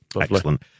Excellent